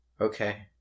Okay